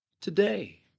today